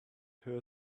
her